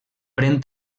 pren